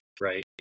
right